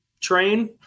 train